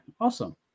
awesome